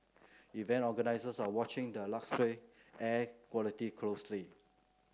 event organisers are watching the lacklustre air quality closely